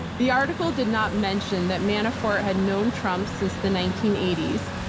the article did not mention that manafort had known trump since the nineteen eighty s,